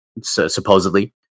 Supposedly